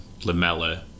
Lamella